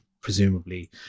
presumably